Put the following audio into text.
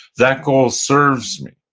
that goal serves me.